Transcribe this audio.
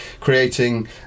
creating